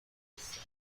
نیستن